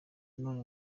nanone